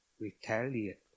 retaliate